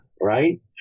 Right